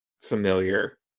familiar